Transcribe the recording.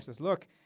Look